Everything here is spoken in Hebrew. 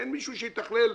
מישהו שיתכלל.